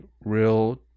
real